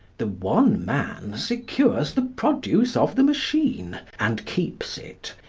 the one man secures the produce of the machine and keeps it,